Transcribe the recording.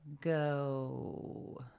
go